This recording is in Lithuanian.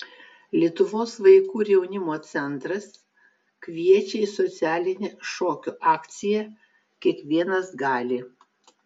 lietuvos vaikų ir jaunimo centras kviečia į socialinę šokio akciją kiekvienas gali